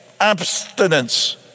Abstinence